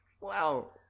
Wow